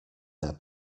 their